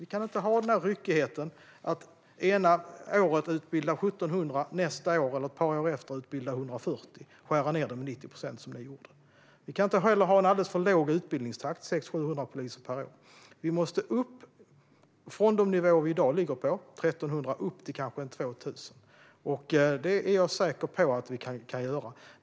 Vi kan inte ha ryckigheten att ena året utbilda 1 700 och ett par år senare 140 - då skär man ned det med 90 procent, som ni gjorde. Vi kan inte heller ha en alldeles för låg utbildningstakt med 600-700 poliser per år. Vi måste upp från de nivåer vi i dag ligger på, 1 300, till kanske 2 000. Det är jag säker på att vi kan.